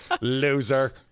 loser